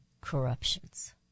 corruptions